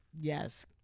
Yes